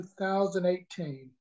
2018